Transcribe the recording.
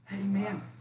amen